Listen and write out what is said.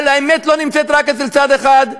והאמת לא נמצאת רק אצל צד אחד,